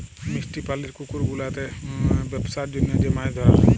মিষ্টি পালির পুকুর গুলাতে বেপসার জনহ যে মাছ ধরা হ্যয়